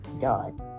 God